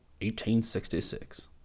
1866